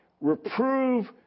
Reprove